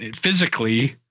physically